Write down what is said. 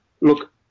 look